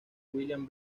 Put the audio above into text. william